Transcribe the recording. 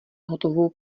hotovou